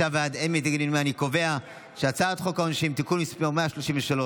חוק העונשין (תיקון מס' 133,